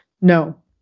No